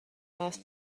last